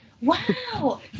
Wow